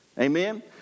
Amen